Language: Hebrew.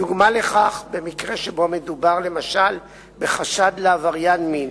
דוגמה לכך היא מקרה שבו מדובר למשל בחשוד כעבריין מין,